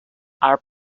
are